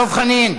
דב חנין,